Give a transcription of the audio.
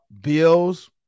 bills